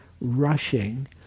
rushing